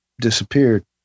disappeared